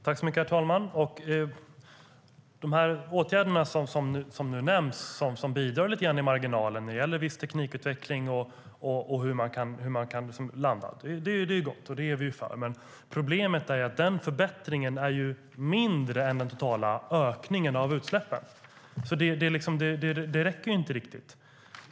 Herr talman! De åtgärder som nu nämns och som bidrar lite grann i marginalen när det gäller viss teknikutveckling och hur man kan landa är bra, och det är vi för. Men problemet är att den förbättringen är mindre än den totala ökningen av utsläppen. Det räcker därför inte riktigt.